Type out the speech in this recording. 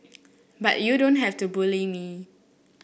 but you don't have to bully me